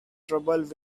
trouble